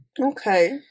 Okay